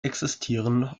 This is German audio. existieren